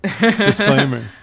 Disclaimer